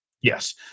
Yes